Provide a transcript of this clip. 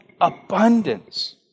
abundance